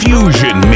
Fusion